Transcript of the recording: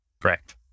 Correct